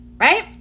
right